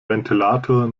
ventilator